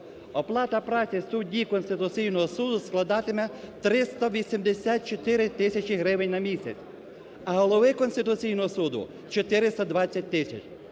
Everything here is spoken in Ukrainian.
Оплата праці судді Конституційного Суду складатиме 384 тисячі гривень на місяць, а голови Конституційного Суду – 420 тисяч.